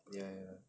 ya ya